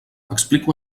explico